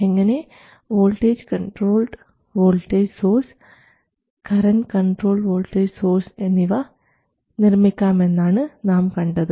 എങ്ങനെ voltage controlled voltage source current controlled voltage source എന്നിവ നിർമ്മിക്കാമെന്നാണ് നാം കണ്ടത്